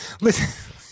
Listen